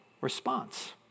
response